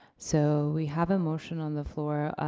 so, we have a motion on the floor,